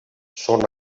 són